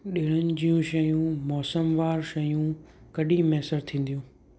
डि॒णनि जूं शयूं मौसमवारु शयूं कॾहिं मुयसरु थींदियूं